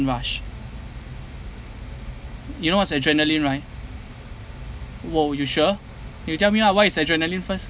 rush you know what's adrenaline right !woo! you sure you tell me ah what is adrenaline first